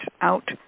out